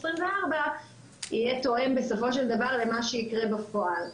2024 יהיה תואם בסופו של דבר למה שיקרה בפועל.